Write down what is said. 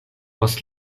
post